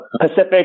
Pacific